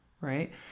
Right